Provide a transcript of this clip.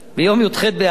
ביום י"ח באב,